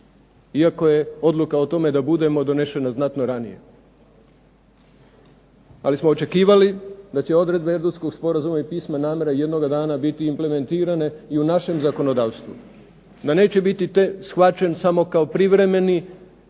iako je odluka o tome da budemo donesena znatno ranije. Ali smo očekivali da će odredbe Erdutskog sporazuma i pisma namjere jednoga dana biti implementirane i u našem zakonodavstvu, da neće biti tek shvaćeni samo kao privremeni